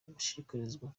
bashishikarizwa